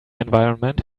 environment